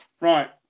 Right